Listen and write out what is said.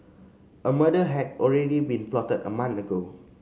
a murder had already been plotted a month ago